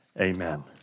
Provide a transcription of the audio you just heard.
amen